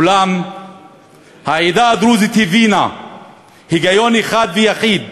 אולם העדה הדרוזית הבינה היגיון אחד ויחיד,